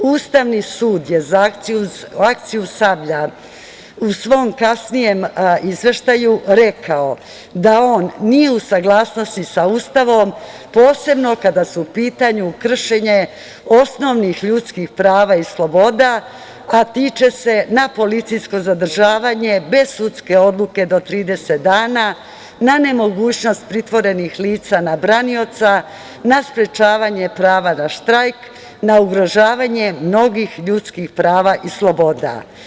Ustavni sud je za akciju „Sablja“ u svom kasnijem Izveštaju rekao da on nije u saglasnosti sa Ustavom, posebno kada su u pitanju kršenje osnovinih ljudskih prava i sloboda, a tiče se na policijsko zadržavanje bez sudske odluke do 30 dana, na nemogućnost pritvorenih lica na branioca, na sprečavanje prava na štrajk, na ugrožavanje mnogih ljudskih prava i sloboda.